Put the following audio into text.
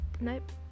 nope